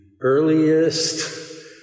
Earliest